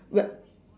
wh~